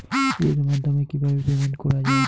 এর মাধ্যমে কিভাবে পেমেন্ট করা য়ায়?